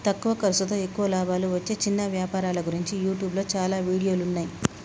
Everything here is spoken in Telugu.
తక్కువ ఖర్సుతో ఎక్కువ లాభాలు వచ్చే చిన్న వ్యాపారాల గురించి యూట్యూబ్లో చాలా వీడియోలున్నయ్యి